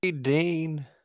Dean